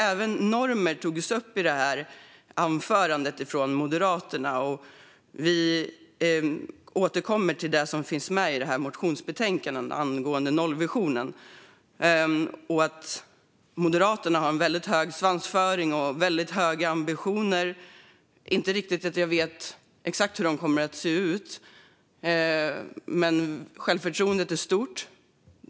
Även normer togs upp i anförandet från Moderaterna. Vi återkommer till det som finns med i det här motionsbetänkandet angående nollvisionen och att Moderaterna har en väldigt hög svansföring och väldigt höga ambitioner. Jag vet inte exakt hur det kommer att se ut, men självförtroendet är stort.